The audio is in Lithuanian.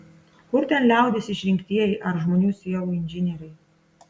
kur ten liaudies išrinktieji ar žmonių sielų inžinieriai